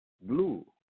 blue